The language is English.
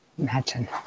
Imagine